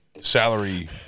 salary